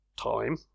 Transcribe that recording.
time